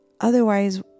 Otherwise